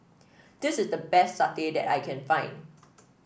this is the best satay that I can find